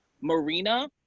marina